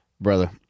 Brother